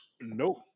Nope